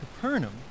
Capernaum